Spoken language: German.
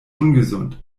ungesund